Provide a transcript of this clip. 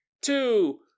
two